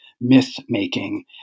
myth-making